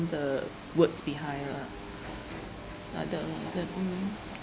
the words behind lah like that lor like that mm